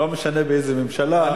לא משנה באיזה ממשלה.